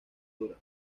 dura